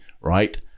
right